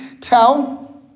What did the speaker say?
tell